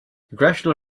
congressional